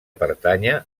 pertànyer